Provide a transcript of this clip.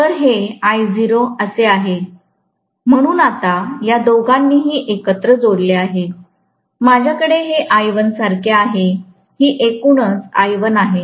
तर हे Io असे आहे म्हणून आता या दोघांनीही एकत्र जोडले आहे माझ्याकडे हे I1 सारखे आहे ही एकूणच I1 आहे